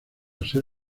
ser